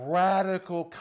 radical